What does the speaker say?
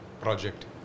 project